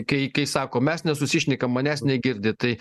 kai kai tai sako mes nesusišnekam manęs negirdi tai